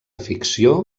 ficció